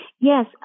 yes